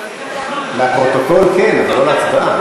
אני, לפרוטוקול כן, אבל לא להצבעה.